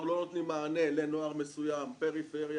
אינן נותנות מענה לנוער מסוים: פריפריה,